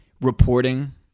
reporting